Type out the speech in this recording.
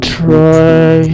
try